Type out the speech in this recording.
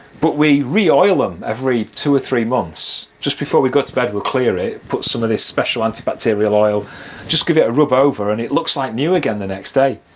but we re-oil them every two or three months, just before we got to bed we'll clear it, put some of this special antibacterial oil just give it a rub over and it looks like new again the next day,